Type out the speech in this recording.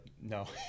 no